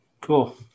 cool